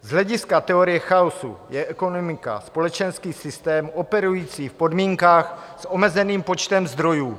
Z hlediska teorie chaosu je ekonomika společenský systém operující v podmínkách s omezeným počtem zdrojů.